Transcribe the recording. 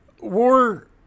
war